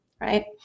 Right